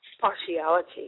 partiality